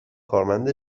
کارمند